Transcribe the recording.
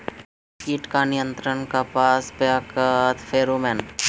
कीट का नियंत्रण कपास पयाकत फेरोमोन?